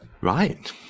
Right